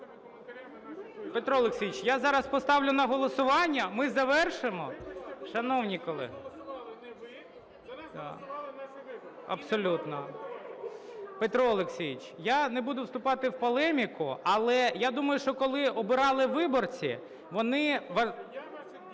Петро Олексійович, я зараз поставлю на голосування, ми завершимо… Шановні колеги! (Шум у залі) Абсолютно. Петро Олексійович, я не буду вступати в полеміку, але я думаю, що коли обирали виборці, вони…